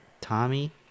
Tommy